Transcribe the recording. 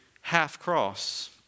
half-cross